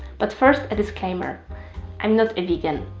but first a disclaimer i'm not a vegan.